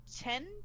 ten